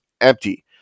empty